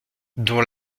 dont